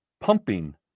pumping